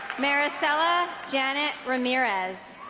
maricela janet ramirez